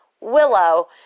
Willow